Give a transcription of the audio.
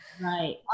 Right